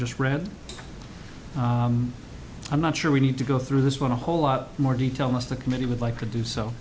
just read i'm not sure we need to go through this one a whole lot more detail most of the committee would like to do so